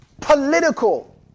political